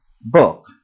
book